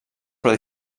però